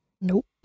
nope